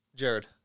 Jared